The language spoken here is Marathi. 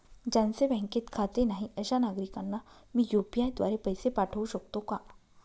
ज्यांचे बँकेत खाते नाही अशा नागरीकांना मी यू.पी.आय द्वारे पैसे पाठवू शकतो का?